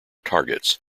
targets